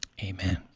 amen